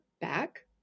back